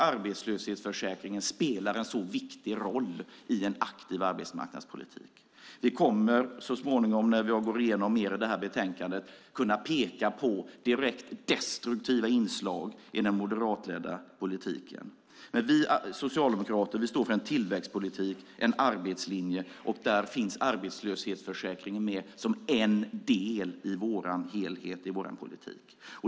Arbetslöshetsförsäkringen spelar en viktig roll i en aktiv arbetsmarknadspolitik. När jag snart går igenom mer av betänkandet kommer jag att kunna peka på direkt destruktiva inslag i den moderatledda politiken. Vi socialdemokrater står för en tillväxtpolitik, en arbetslinje. Här finns arbetslöshetsförsäkringen med som en del i vår helhet, i vår politik.